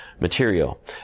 material